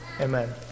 Amen